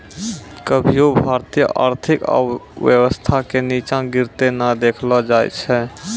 कभियो भारतीय आर्थिक व्यवस्था के नींचा गिरते नै देखलो जाय छै